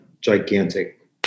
gigantic